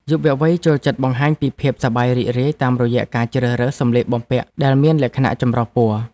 យុវវ័យចូលចិត្តបង្ហាញពីភាពសប្បាយរីករាយតាមរយៈការជ្រើសរើសសម្លៀកបំពាក់ដែលមានលក្ខណៈចម្រុះពណ៌។